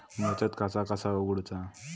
बचत खाता कसा उघडूचा?